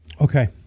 Okay